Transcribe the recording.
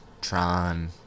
tron